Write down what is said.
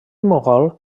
mogol